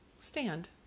stand